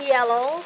Yellow